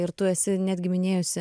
ir tu esi netgi minėjusi